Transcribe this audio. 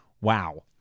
Wow